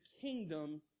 kingdom